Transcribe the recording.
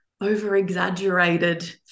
over-exaggerated